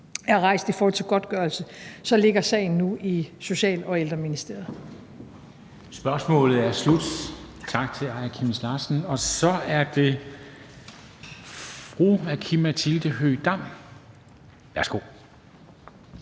er rejst i forhold til godtgørelse, så ligger sagen nu i Social- og Ældreministeriet.